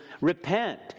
repent